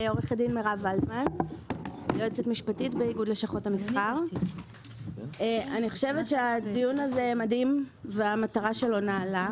אני חושבת שהדיון מדהים והמטרה שלו נעלה.